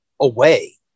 away